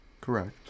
Correct